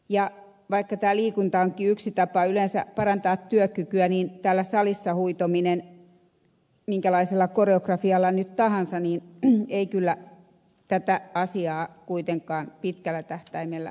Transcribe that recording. vaikka liikunta onkin yksi tapa yleensä parantaa työkykyä niin täällä salissa huitominen minkälaisella koreografialla tahansa ei kyllä tätä asiaa kuitenkaan pitkällä tähtäimellä pelasta